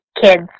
kids